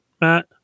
Matt